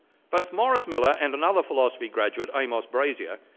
both morris miller and another philosophy graduate, amos brazier,